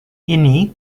ini